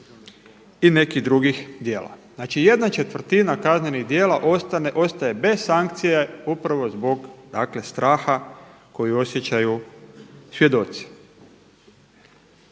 i nekih drugih djela. Znači, ¼ kaznenih djela ostaje bez sankcije upravo zbog, dakle straha koji osjećaju svjedoci.